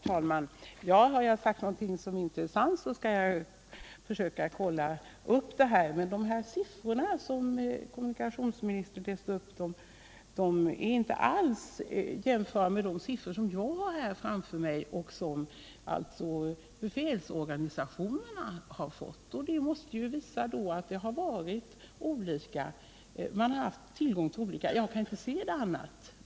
Herr talman! Har jag sagt någonting som inte är sant, så skall jag naturligtvis försöka kollationera de uppgifterna. Men de siffror som kommunikationsministern läste upp stämmer inte alls med de siffror som jag har framför mig och som befälsorganisationerna har fått. Det visar — jag kan inte se det på annat sätt — att man haft tillgång till olika uppgifter.